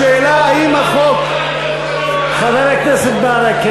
השאלה, האם החוק, חבר הכנסת ברכה.